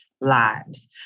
lives